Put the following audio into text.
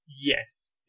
Yes